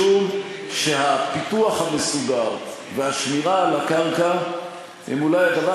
משום שהפיתוח המסודר והשמירה על הקרקע הם אולי הדבר